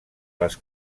les